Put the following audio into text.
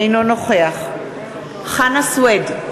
אינו נוכח חנא סוייד,